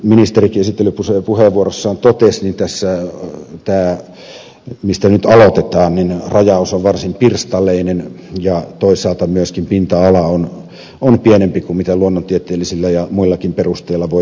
niin kuin ministerikin esittelypuheenvuorossaan totesi niin tässä mistä nyt aloitetaan rajaus on varsin pirstaleinen ja toisaalta myöskin pinta ala on pienempi kuin mitä luonnontieteellisillä ja muillakin perusteilla voitaisiin toivoa